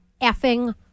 effing